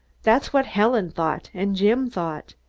that's what helen thought and jim thought.